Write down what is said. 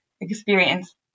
experience